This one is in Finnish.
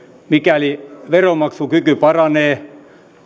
mikäli veronmaksukyky paranee